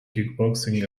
kickboxing